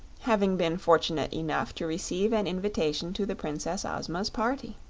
having been fortunate enough to receive an invitation to the princess ozma's party.